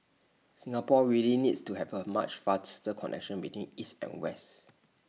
Singapore really needs to have A much faster connection between east and west